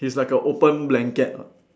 he's like a open blanket lah